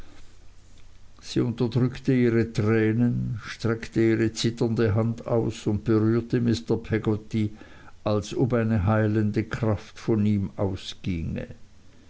sie unterdrückte ihre tränen streckte ihre zitternde hand aus und berührte mr peggotty als ob eine heilende kraft von ihm ausginge